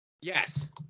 Yes